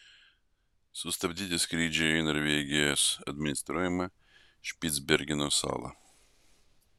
sustabdyti skrydžiai į norvegijos administruojamą špicbergeno salą